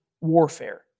warfare